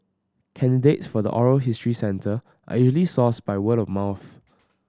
candidates for the oral history centre are usually sourced by word of mouth